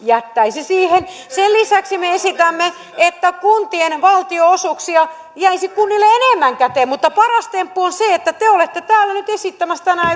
jättäisi siihen sen lisäksi me esitämme että kuntien valtionosuuksia jäisi kunnille enemmän käteen mutta paras temppu on se että te olette täällä nyt esittämässä tänään